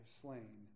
slain